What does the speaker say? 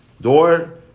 door